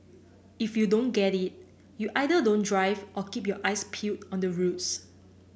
if you don't get it you either don't drive or keep your eyes peeled on the roads